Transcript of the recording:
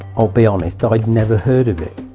i'll be honest, i'd never heard of it.